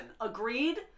Agreed